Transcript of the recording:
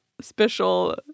special